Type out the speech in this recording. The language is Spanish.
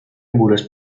muros